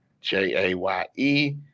J-A-Y-E